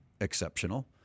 exceptional